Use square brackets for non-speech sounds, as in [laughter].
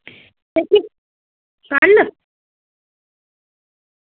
[unintelligible] कल